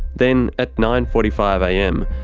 then at nine. forty five am,